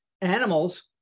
Animals